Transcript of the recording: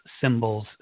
symbols